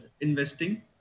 investing